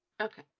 Okay